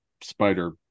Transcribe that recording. spider